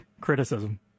criticism